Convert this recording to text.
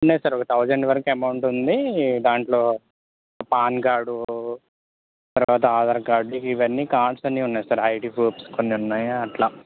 ఉన్నాయి సార్ ఒక థౌసండ్ వరకు అమౌంట్ ఉంది దాంట్లో పాన్ కార్డు తర్వాత ఆధార్ కార్డు ఇవన్నీ కార్డ్స్ అన్నీ ఉన్నాయి సార్ ఐడి ప్రూఫ్స్ కొన్ని ఉన్నాయి అట్లా